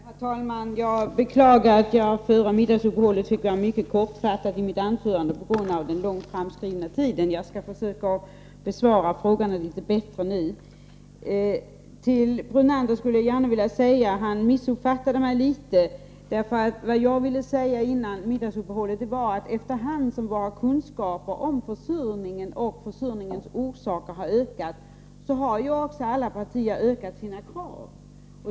Herr talman! Jag beklagar att jag i mitt anförande före middagsuppehållet fick fatta mig mycket kort på grund av den långt framskridna tiden. Jag skall försöka besvara frågorna litet bättre nu. Lennart Brunander missuppfattade mig litet. Vad jag ville säga var att efter hand som våra kunskaper om försurningen och dess orsaker har ökat har också alla partier ökat sina krav.